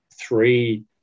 three